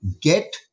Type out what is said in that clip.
get